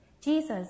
Jesus